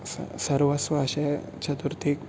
सर्वस्व अशे चतुर्थीक